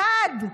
אחד,